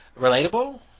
relatable